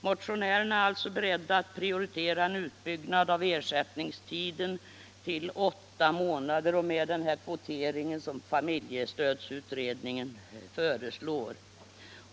Motionärerna är alltså beredda att prioritera en utbyggnad av ersätt ningstiden till åtta månader med den kvotering som familjestödsutred = Nr 119 ningen föreslår.